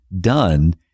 done